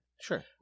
Sure